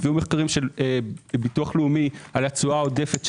הביאו מחקרים של ביטוח לאומי על התשואה העודפת שתהיה.